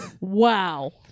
Wow